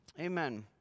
Amen